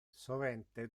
sovente